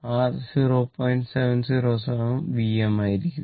707 Vm ആയിരിക്കും